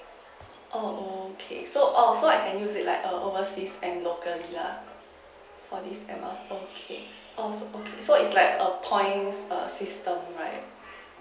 oh okay so err so I can use it like a overseas and locally lah for this Air Miles okay um okay so it's like a points err system right